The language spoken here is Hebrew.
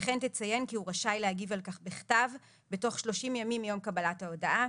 וכן תציין כי הוא רשאי להגיב על כך בכתב בתוך 30 ימים מיום קבלת ההודעה.